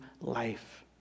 life